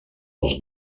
als